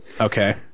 Okay